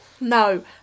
No